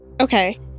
Okay